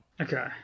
Okay